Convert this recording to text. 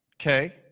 Okay